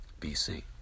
BC